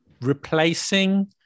replacing